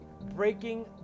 breaking